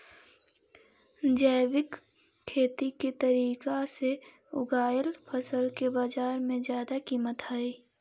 जैविक खेती के तरीका से उगाएल फसल के बाजार में जादा कीमत हई